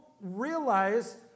realize